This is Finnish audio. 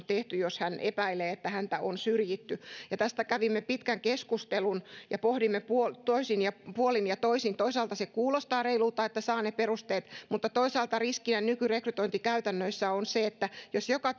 tehty jos hän epäilee että häntä on syrjitty tästä kävimme pitkän keskustelun ja pohdimme puolin ja toisin toisaalta se kuulostaa reilulta että saa ne perusteet mutta toisaalta riskinä nykyrekrytointikäytännöissä on se että jos joka